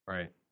Right